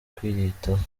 kwiyitaho